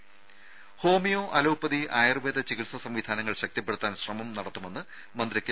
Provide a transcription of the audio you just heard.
ദേഴ homoeo allopathy Ayurveda ചികിത്സാ സംവിധാനങ്ങൾ ശക്തിപ്പെടുത്താൻ ശ്രമം നടത്തുമെന്ന് മന്ത്രി കെ